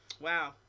wow